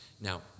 Now